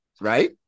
Right